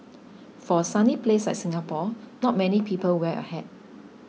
for a sunny place like Singapore not many people wear a hat